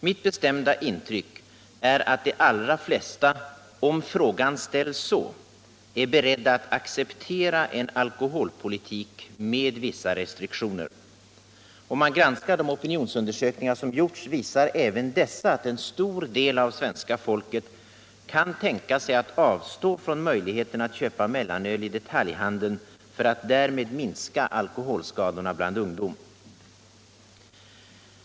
Mitt bestämda intryck är att de allra flesta, om frågan ställs så, är beredda att acceptera en alkoholpolitik med vissa restriktioner. Om man granskar de opinionsundersökningar som gjorts, visar även dessa att en stor del av svenska folket kan tänka sig att avstå från möjligheten att köpa mellanöl i detaljhandeln för att därmed minska alkoholskadorna bland ungdom.